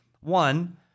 One